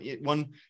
one